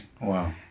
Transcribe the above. wow